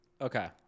Okay